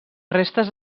restes